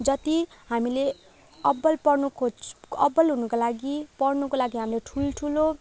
जति हामीले अब्बल पढ्नु खोज् अब्बल हुनको लागि पढ्नुको लागि हामीले ठुल्ठुलो